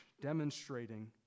demonstrating